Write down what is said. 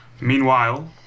Meanwhile